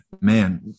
man